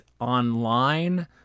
online